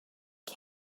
que